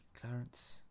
Clarence